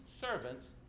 servants